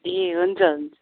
ए हुन्छ हुन्छ